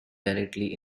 directly